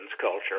culture